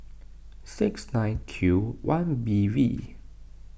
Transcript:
six nine Q one B V